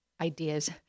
ideas